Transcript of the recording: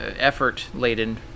effort-laden